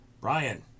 brian